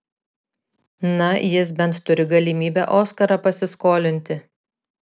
na jis bent turi galimybę oskarą pasiskolinti